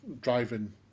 driving